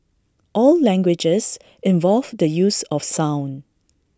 all languages involve the use of sound